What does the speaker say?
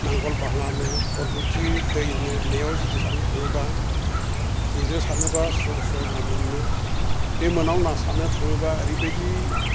नांगोल भाङा नो फरबथि दै नो होननायाव जुदि सानो थाङोबा जेजों सारनोबा स्र स्र ना मोनो बे मोनायाव ना सारनो थाङोबा ओरैबायदि